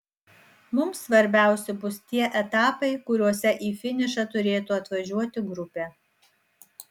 mums svarbiausi bus tie etapai kuriuose į finišą turėtų atvažiuoti grupė